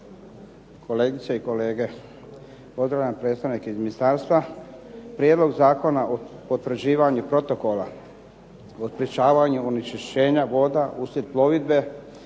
Kolegice i kolege. Pozdravljam predstavnike iz ministarstva. Prijedlog Zakona o potvrđivanju protokola o sprečavanju onečišćenja voda uslijed plovidbe